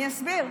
אני אסביר.